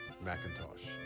Macintosh